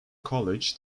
college